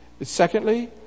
Secondly